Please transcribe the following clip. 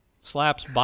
slaps